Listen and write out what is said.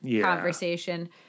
conversation